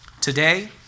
Today